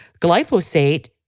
glyphosate